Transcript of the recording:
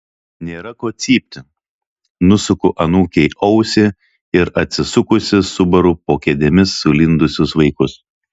nėra ko cypti nusuku anūkei ausį ir atsisukusi subaru po kėdėmis sulindusius vaikus